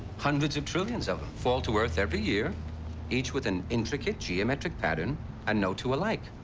hundreds of trillions of them fall to earth every year each with an intricate geometric pattern and no two alike.